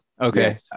Okay